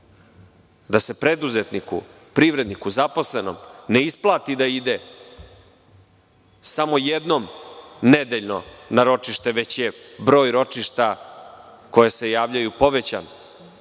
da se preduzetniku, privredniku, zaposlenom ne isplati da ide samo jednom nedeljno na ročište, već je broj ročišta povećan pa je potrebno